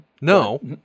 No